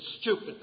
stupid